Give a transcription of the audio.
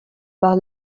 par